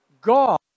God